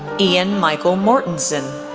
ian michael mortensen,